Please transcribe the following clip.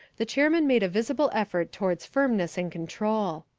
the chairman made a visible effort towards firmness and control.